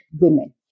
women